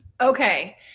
Okay